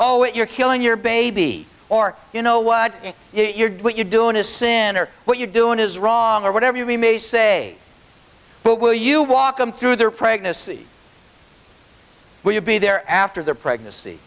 oh wait you're killing your baby or you know what you're what you're doing is sin or what you're doing is wrong or whatever we may say but will you walk them through their pregnancy will you be there after their pregnancy